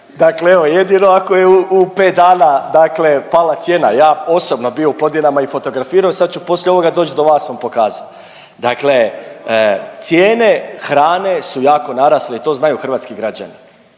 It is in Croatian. dakle evo jedino ako je u 5 dana dakle pala cijena. Ja osobno bio u Plodinama i fotografirao sad poslije ovoga doći do vas vam pokazati. Dakle, cijene hrane su jako narasle to znaju hrvatski građani.